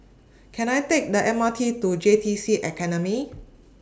Can I Take The M R T to J T C Academy